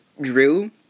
Drew